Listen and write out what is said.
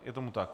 Je tomu tak?